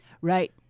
Right